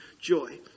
joy